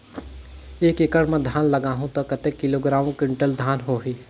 एक एकड़ मां धान लगाहु ता कतेक किलोग्राम कुंटल धान होही?